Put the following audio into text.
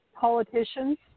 Politicians